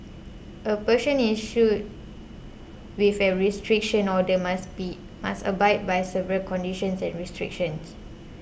a person issued with a restriction order must be must abide by several conditions and restrictions